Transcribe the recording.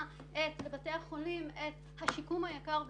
את בתי החולים והשיקום היקר והפרוטזה.